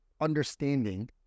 understanding